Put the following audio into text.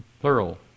plural